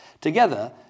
Together